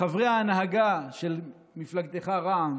חברי ההנהגה של מפלגתך, רע"מ,